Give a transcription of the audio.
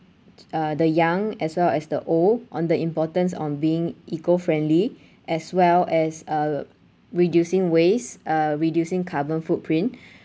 uh the young as well as the old on the importance on being eco friendly as well as uh reducing waste uh reducing carbon footprint